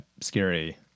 scary